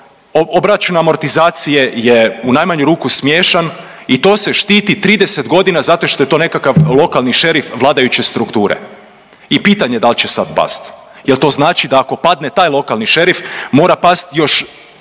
obračun amortizacije je u najmanju ruku smiješan i to se štiti 30 godina zato što je to nekakav lokalni šerif vladajuće strukture i pitanje dal će sad past jel to znači da ako padne taj lokalni šerif mora past još